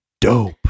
Dope